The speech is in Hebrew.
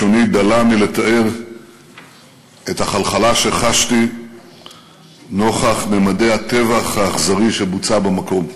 לשוני דלה מלתאר את החלחלה שחשתי נוכח ממדי הטבח האכזרי שבוצע במקום.